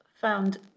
found